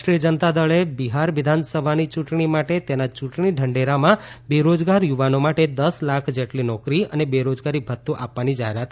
રાષ્ટ્રીય જનતા દળ એ બિહાર વિધાનસભાની ચુંટણી માટે તેના ચુંટણી ઢંઢેરામાં બેરોજગાર યુવાનો માટે દસ લાખ જેટલી નોકરી અને બેરોજગારી ભથ્થ્યું આપવાની જાહેરાત કરી છે